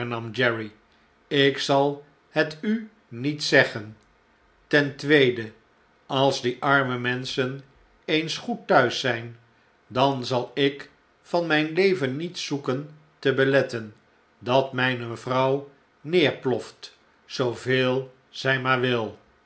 jerry ik zal het u niet zeggen ten tweede als die arme menschen eens goed thuis zijn dan zal ik van mp leven niet zoeken te beletten dat mijne vrouw neerploft zooveel zjj maar wil